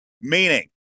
Meaning